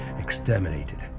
exterminated